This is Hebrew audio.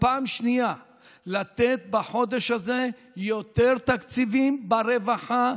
פעם שנייה לתת בחודש הזה יותר תקציבים ברווחה,